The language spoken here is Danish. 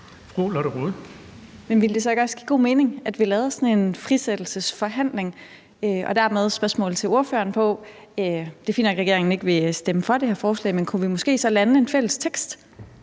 Lotte Rod (RV): Men ville det så ikke også give god mening, at vi lavede sådan en frisættelsesforhandling? Og dermed har jeg spørgsmålet til ordføreren: Det er fint nok, at regeringen ikke vil stemme for det her forslag, men kunne vi måske så lande en fælles tekst,